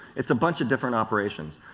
it's a bunch of different operations.